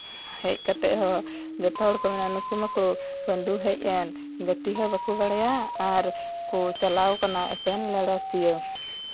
ᱦᱮᱡ ᱠᱟᱛᱮᱜ ᱦᱚᱸ ᱡᱚᱛᱚ ᱦᱚᱲ ᱠᱚ ᱢᱮᱱᱟ ᱱᱩᱠᱩ ᱢᱟᱠᱚ ᱯᱟᱹᱰᱩ ᱦᱮᱡ ᱮᱱ ᱜᱟᱛᱮ ᱢᱟ ᱵᱟᱠᱚ ᱵᱟᱲᱟᱭᱟ ᱟᱨ ᱠᱚ ᱪᱟᱞᱟᱣ ᱠᱟᱱᱟ ᱮᱠᱮᱱ ᱞᱮᱲᱮᱥᱤᱭᱟᱹ